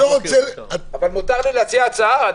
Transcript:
מותר לי להציע הצעה?